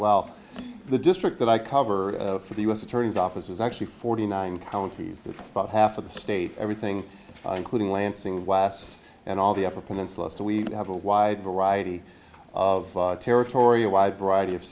well the district that i cover for the u s attorney's office is actually forty nine counties it's about half of the state everything including lansing and all the upper peninsula so we have a wide variety of territory a wide variety of